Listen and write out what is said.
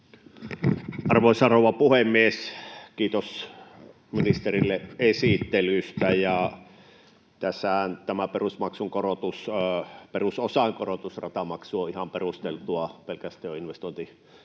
Arvoisa rouva puhemies! Kiitos ministerille esittelystä. Tässähän tämä perusosan korotus ratamaksuun on ihan perusteltu pelkästään jo